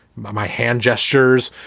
my my hand gestures.